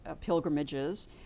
pilgrimages